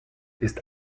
ist